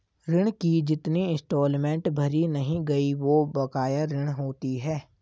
ऋण की जितनी इंस्टॉलमेंट भरी नहीं गयी वो बकाया ऋण होती है